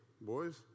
boys